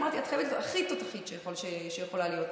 אמרתי: את חייבת להיות הכי תותחית שיכולה להיות,